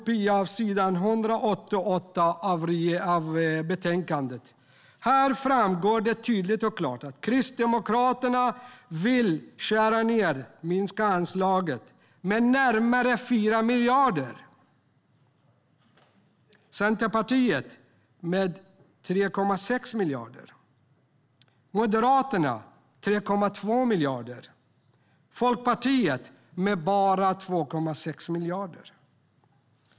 På s. 188 i betänkandet framgår det tydligt och klart att Kristdemokraterna vill skära ned - minska anslaget - med närmare 4 miljarder. Centerpartiet vill skära ned med 3,6 miljarder. Moderaterna vill skära ned med 3,2 miljarder. Och Liberalerna vill bara skära ned med 2,6 miljarder.